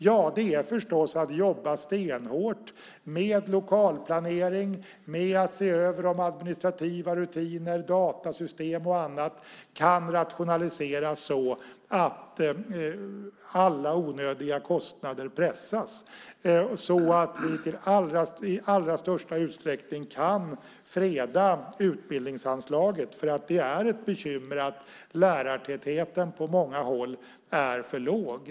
Ja, det är förstås att man genom att jobba stenhårt med lokalplanering, med att se över de administrativa rutinerna, datasystem och annat, kan rationalisera så att alla onödiga kostnader pressas, så att vi i allra största utsträckning kan freda utbildningsanslaget. Det är nämligen ett bekymmer att lärartätheten på många håll är för låg.